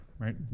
right